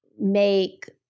make